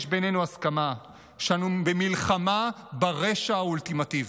יש בינינו הסכמה שאנו במלחמה ברשע האולטימטיבי.